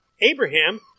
Abraham